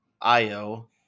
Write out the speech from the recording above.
Io